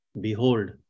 Behold